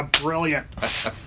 Brilliant